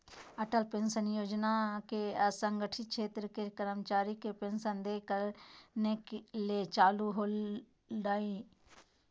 Atal pension योजना के असंगठित क्षेत्र के कर्मचारी के पेंशन देय करने ले चालू होल्हइ